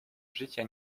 życia